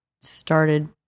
started